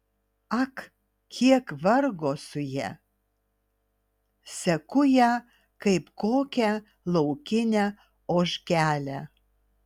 ak kiek vargo su ja seku ją kaip kokią laukinę ožkelę